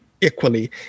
equally